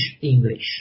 English